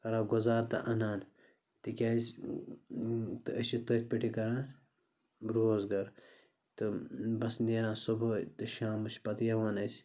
کَران گُزار تہٕ اَنان تِکیٛازِ تہٕ أسۍ چھِ تٔتھۍ پٮ۪ٹھٕے کَران روزگار تہٕ بَس نیران صُبحٲے تہِ شامَس چھِ پَتہٕ یِوان أسۍ